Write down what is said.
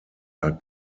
are